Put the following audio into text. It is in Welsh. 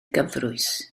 gyfrwys